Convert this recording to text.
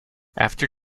after